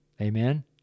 Amen